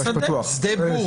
שדה בור...